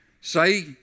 Say